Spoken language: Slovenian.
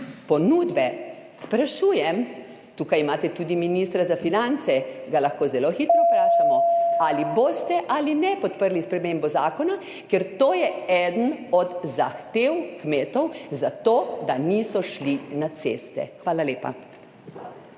ponudbe? Sprašujem, tukaj imate tudi ministra za finance, ga lahko zelo hitro vprašamo: Ali boste ali ne boste podprli spremembe zakona, ker to je ena od zahtev kmetov za to, da niso šli na ceste? Hvala lepa.